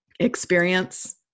Experience